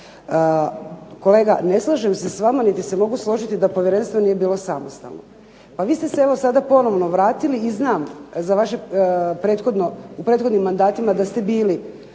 Kolega, ne slažem se s vama niti se mogu složiti da povjerenstvo nije bilo samostalno. Pa vi ste se evo sada ponovno vratili i znam u prethodnim mandatima da ste bili